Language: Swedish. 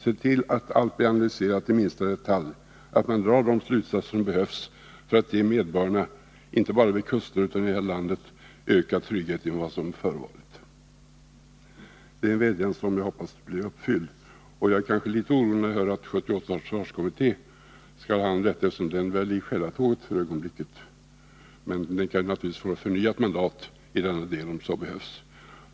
Se till att allt blir analyserat i minsta detalj och att man drar de slutsatser som behövs för att ge medborgarna, inte bara vid kuster utan i hela landet, ökad trygghet i fråga om vad som förevarit! Det är en vädjan som jag hoppas blir uppfylld. Jag är kanske litet orolig när jag hör att 1978 års försvarskommitté skall ha hand om detta, eftersom den väl är i själatåget för ögonblicket — men den kan naturligtvis få förnyat mandat i denna del om så behövs.